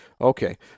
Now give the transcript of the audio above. okay